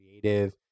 creative